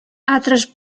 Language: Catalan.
altres